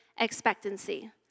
expectancy